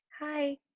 Hi